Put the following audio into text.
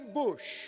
bush